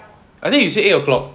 I think you say eight O'clock